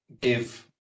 give